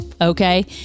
Okay